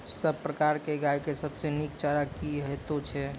सब प्रकारक गाय के सबसे नीक चारा की हेतु छै?